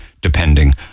depending